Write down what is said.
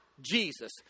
Jesus